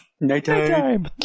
Nighttime